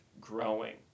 growing